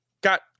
got